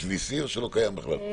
יש VC, או שלא קיים בכלל?